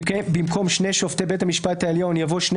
במקום "שני שופטי בית המשפט העליון" יבוא "שני